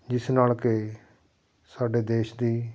ਜਿਸ ਨਾਲ ਕਿ ਸਾਡੇ ਦੇਸ਼ ਦੀ